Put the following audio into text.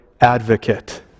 advocate